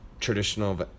Traditional